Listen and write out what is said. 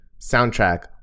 soundtrack